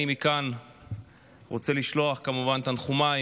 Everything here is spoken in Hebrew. אני רוצה לשלוח מכאן את תנחומיי,